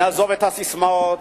נעזוב את הססמאות,